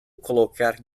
colocar